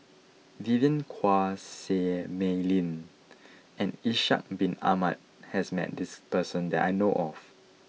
Vivien Quahe Seah Mei Lin and Ishak bin Ahmad has met this person that I know of